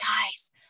guys